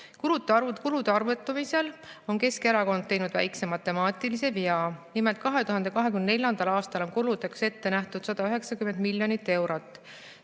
Kulude arvutamisel on Keskerakond teinud väikese matemaatilise vea. Nimelt, 2024. aastal on kuludeks ette nähtud 190 miljonit eurot.